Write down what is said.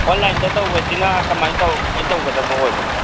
ꯑꯣꯟꯂꯥꯏꯟꯗ ꯇꯧꯕꯁꯤꯅ ꯀꯃꯥꯏꯅ ꯇꯧ ꯀꯃꯥꯏꯅ ꯇꯧꯒꯗꯕ ꯑꯣꯏꯕꯅꯣ